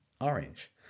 orange